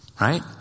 right